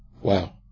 Wow